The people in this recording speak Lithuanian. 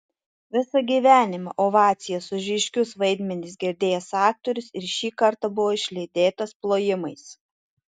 visą gyvenimą ovacijas už ryškius vaidmenis girdėjęs aktorius ir šį kartą buvo išlydėtas plojimais